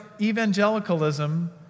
evangelicalism